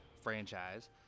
franchise